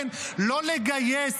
כן, לא לגייס